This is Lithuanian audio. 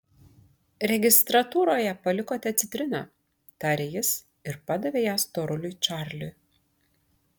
registratūroje palikote citriną tarė jis ir padavė ją storuliui čarliui